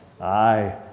aye